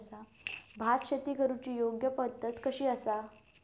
भात शेती करुची योग्य पद्धत कशी आसा?